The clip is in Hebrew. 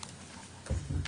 כלומר,